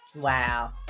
Wow